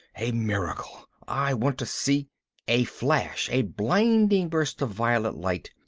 a miracle. i want to see a flash, a blinding burst of violet light,